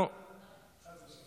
חמישה, אפס מתנגדים.